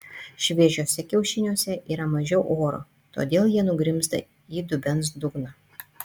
šviežiuose kiaušiniuose yra mažiau oro todėl jie nugrimzta į dubens dugną